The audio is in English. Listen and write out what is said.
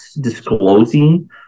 disclosing